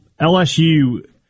LSU